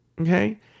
okay